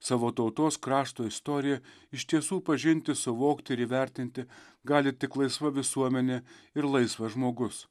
savo tautos krašto istoriją iš tiesų pažinti suvokti ir įvertinti gali tik laisva visuomenė ir laisvas žmogus